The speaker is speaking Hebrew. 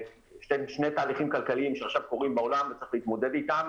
שני תהליכים כלכליים שעכשיו קורים בעולם ובישראל וצריך להתמודד איתם